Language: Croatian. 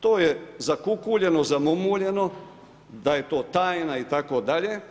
To je zakukuljeno, zamumuljeno, da je to tajna itd.